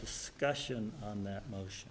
discussion on that mo